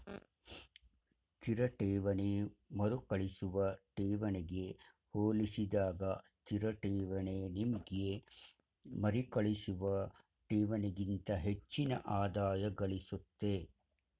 ಸ್ಥಿರ ಠೇವಣಿ ಮರುಕಳಿಸುವ ಠೇವಣಿಗೆ ಹೋಲಿಸಿದಾಗ ಸ್ಥಿರಠೇವಣಿ ನಿಮ್ಗೆ ಮರುಕಳಿಸುವ ಠೇವಣಿಗಿಂತ ಹೆಚ್ಚಿನ ಆದಾಯಗಳಿಸುತ್ತೆ